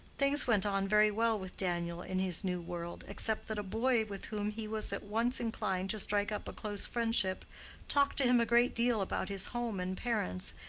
things went on very well with daniel in his new world, except that a boy with whom he was at once inclined to strike up a close friendship talked to him a great deal about his home and parents,